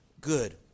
good